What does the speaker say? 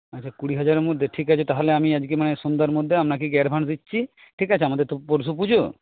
আচ্ছা কুড়ি হাজারের মধ্যে ঠিক আছে তাহলে আমি আজকে মানে সন্ধ্যার মধ্যে আপনাকে গিয়ে অ্যাডভান্স দিচ্ছি ঠিক আছে আমাদের তো পরশু পুজো